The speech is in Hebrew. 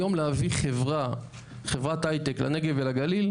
היום להביא חברת הייטק לנגב ולגליל,